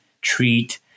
treat